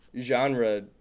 genre